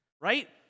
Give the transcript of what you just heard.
right